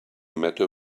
matter